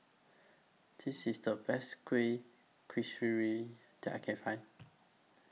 This IS The Best Kueh Kasturi that I Can Find